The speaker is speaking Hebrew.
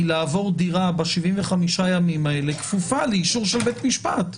לעבור דירה ב-75 ימים האלה כפופה לאישור של בית משפט.